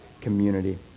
community